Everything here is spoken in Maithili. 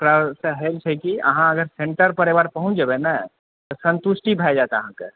तऽ एहिसँ होइ छै कि अहाँ अगर सेन्टर पर एकबार पहुँच जेबै ने संतुष्टि भए जाएत अहाँकेँ